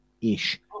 ish